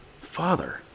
Father